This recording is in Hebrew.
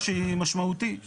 שהיא משמעותית,